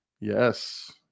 yes